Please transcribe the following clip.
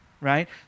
Right